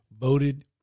voted